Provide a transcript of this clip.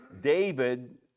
David